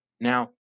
now